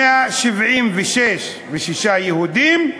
176 יהודים,